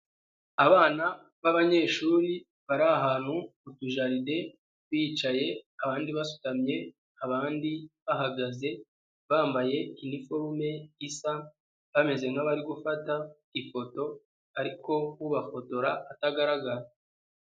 Abana b'abanyeshuri bari ahantu mu tujaride bicaye abandi basutamye, abandi bahagaze bambaye iniforume isa, bameze nk'abari gufata ifoto ariko ubafotora atagaragara.